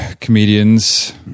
comedians